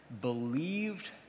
believed